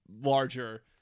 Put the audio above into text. larger